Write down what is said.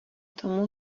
tomu